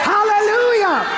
Hallelujah